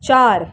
चार